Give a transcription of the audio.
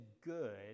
good